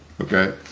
Okay